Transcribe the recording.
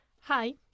Hi